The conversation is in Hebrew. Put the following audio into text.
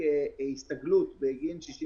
יפטרו אותם עכשיו?